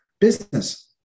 business